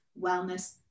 Wellness